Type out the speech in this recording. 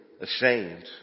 ashamed